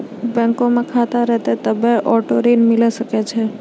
बैंको मे खाता रहतै तभ्भे आटो ऋण मिले सकै